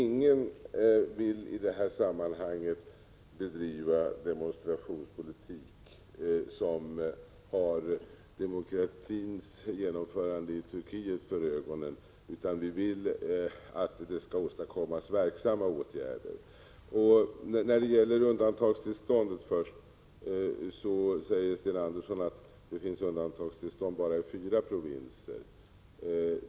Fru talman! Ingen som har demokratins genomförande i Turkiet för ögonen vill i detta sammanhang bedriva demonstrationspolitik, utan vi vill att det skall åstadkommas verksamma åtgärder. Sten Andersson säger att det är undantagstillstånd i bara fyra provinser.